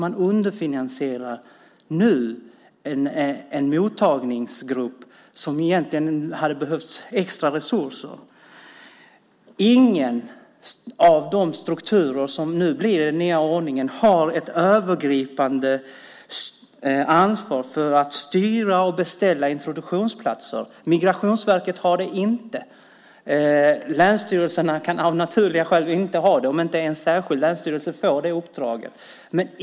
Man underfinansierar nu en mottagningsgrupp som egentligen hade behövt extra resurser. Ingen av de strukturer som nu blir i den nya ordningen har ett övergripande ansvar för att styra och beställa introduktionsplatser. Migrationsverket har det inte. Länsstyrelserna kan av naturliga skäl inte ha det, om inte en särskild länsstyrelse får det uppdraget.